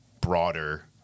broader